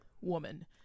woman